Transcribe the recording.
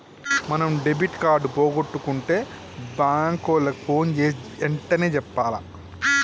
మనం debit card పోగొట్టుకుంటే bank ఓళ్ళకి పోన్ జేసీ ఎంటనే చెప్పాల